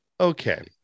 okay